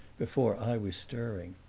before i was stirring.